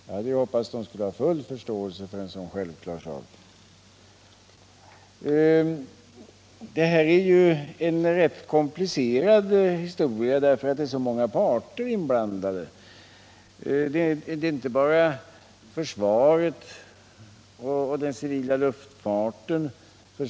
Jag hade ju hoppats att de skulle ha full förståelse för en sådan självklar sak. Det här är en rätt komplicerad historia, därför att det är så många parter inblandade. Det är inte bara försvaret och den civila luftfarten.